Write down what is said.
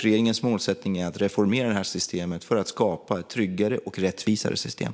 Regeringens målsättning är att reformera detta system för att skapa ett tryggare och rättvisare system.